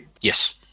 Yes